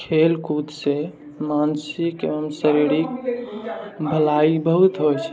खेल कूदसँ मानसिक एवम शारीरक भलाइ बहुत होइ छै